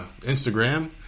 Instagram